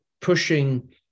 pushing